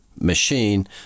machine